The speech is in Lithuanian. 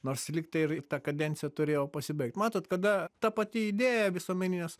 nors lyg tai ir ta kadencija turėjo pasibaigt matot kada ta pati idėja visuomeninės